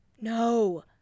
No